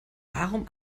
warum